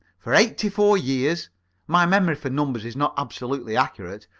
for eighty-four years my memory for numbers is not absolutely accurate,